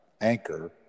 anchor